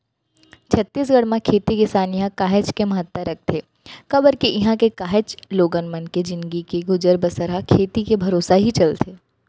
छत्तीसगढ़ म खेती किसानी ह काहेच के महत्ता रखथे काबर के इहां के काहेच लोगन मन के जिनगी के गुजर बसर ह खेती के भरोसा ही चलथे